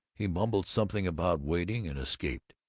he mumbled something about waiting, and escaped.